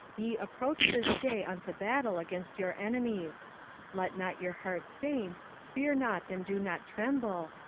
ye approach this day unto battle against your enemies let not your hearts faint, fear not, and do not tremble,